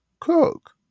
cook